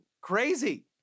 crazy